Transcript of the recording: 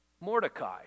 Mordecai